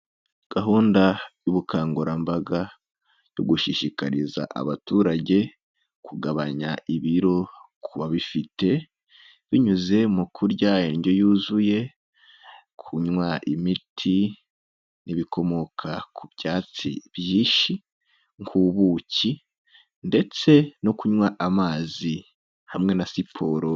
Gahunda y'ubukangurambaga yo gushishikariza abaturage kugabanya ibiro ku babifite, binyuze mu kurya indyo yuzuye, kunywa imiti, n'ibikomoka ku byatsi byinshi, nk'ubuki ndetse no kunywa amazi, hamwe na siporo.